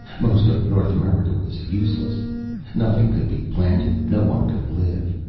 most of north america was useless nothing could be planted, no one could live.